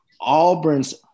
Auburn's